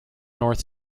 north